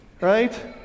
right